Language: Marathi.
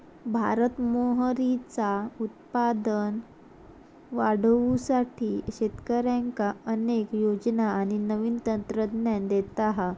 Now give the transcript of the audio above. भारत मोहरीचा उत्पादन वाढवुसाठी शेतकऱ्यांका अनेक योजना आणि नवीन तंत्रज्ञान देता हा